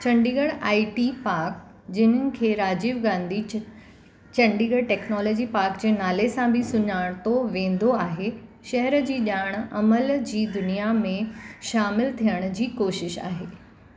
Chandigarh I T park जिनि खे राजीव गांधी च चंडीगढ़ टेक्नोलॉजी पार्क जे नाले सां बि सुञाणतो वेंदो आहे शहर जी ॼाण अमल जी दुनिया में शामिलु थियण जी कोशिशि आहे